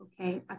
Okay